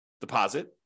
deposit